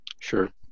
Sure